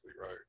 right